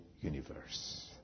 universe